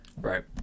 Right